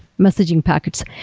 messaging packets.